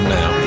now